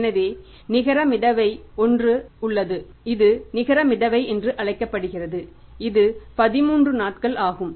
எனவே நிகர மிதவை என்று ஒன்று உள்ளது இது நிகர மிதவை என்று அழைக்கப்படுகிறது இது இங்கே 13 நாட்கள் ஆகும்